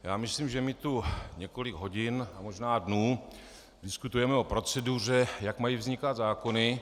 Já myslím, že my tu několik hodin, možná dnů diskutujeme o proceduře, jak mají vznikat zákony.